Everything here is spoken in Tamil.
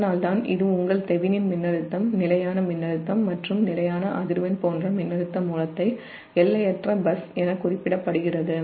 அதனால்தான் இது உங்கள் தெவெனினின் மின்னழுத்தம் நிலையான மின்னழுத்தம் மற்றும் நிலையான அதிர்வெண் போன்ற மின்னழுத்த மூலத்தை எல்லையற்ற பஸ் என குறிப்பிடப்படுகிறது